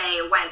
went